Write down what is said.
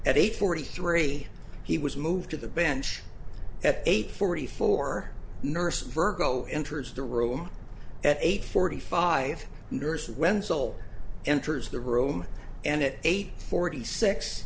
at eight forty three he was moved to the bench at eight forty four nurse virgo enters the room at eight forty five nurses when soul enters the room and it eight forty six